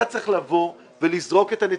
אתה צריך לזרוק את הנציגים,